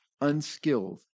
unskilled